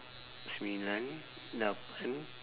sembilan lapan